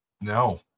no